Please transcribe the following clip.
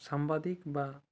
ସାମ୍ବାଦିକ ବା